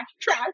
trash